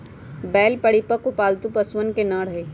बैल परिपक्व, पालतू पशुअन के नर हई